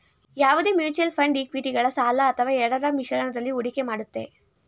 ಯಾವುದೇ mutual fund ಇಕ್ವಿಟಿಗಳು ಸಾಲ ಅಥವಾ ಎರಡರ ಮಿಶ್ರಣದಲ್ಲಿ ಹೂಡಿಕೆ ಮಾಡುತ್ತೆ